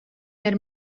der